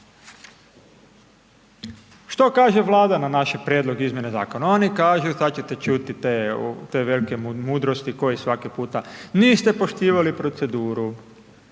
Što kaže Vlada na naš prijedlog izmjene zakona? oni kažu, sad ćete čuti te velike mudrosti kao i svaki puta, niste poštivali proceduru,